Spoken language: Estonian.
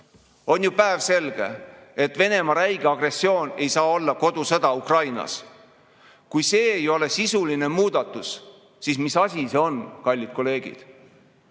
On ju päevselge, et Venemaa räige agressioon ei saa olla kodusõda Ukrainas. Kui see ei ole sisuline muudatus, siis mis asi see on, kallid kolleegid?